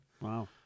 Wow